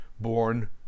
born